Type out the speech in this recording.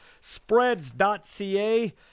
spreads.ca